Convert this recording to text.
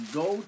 go